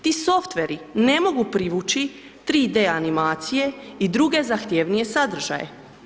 Ti softveri ne mogu privući 3D animacije i druge zahtjevnije sadržaje.